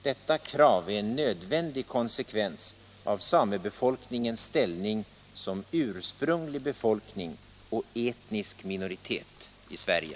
Detta krav är en nödvändig konsekvens av samebefolkningens ställning som ursprunglig befolkning och etnisk minoritet 1 Sverige.